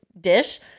dish